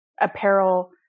apparel